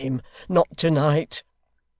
not tonight